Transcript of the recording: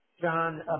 John